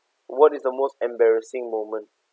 what is the most embarrassing moment